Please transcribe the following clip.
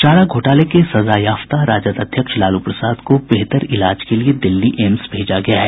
चारा घोटाले के सजायाफ्ता राजद अध्यक्ष लालू प्रसाद को बेतहर इलाज के लिए दिल्ली एम्स भेजा गया है